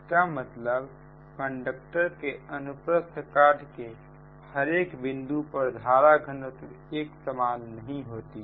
इसका मतलब कंडक्टर के अनुप्रस्थ काट के हर एक बिंदु पर धारा घनत्व एक समान नहीं होती